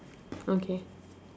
okay